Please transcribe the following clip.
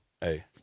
hey